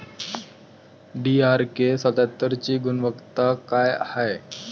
DRK सत्यात्तरची गुनवत्ता काय हाय?